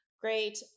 great